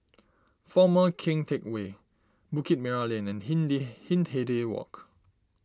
Former Keng Teck Whay Bukit Merah Lane and Hindi Hindhede Walk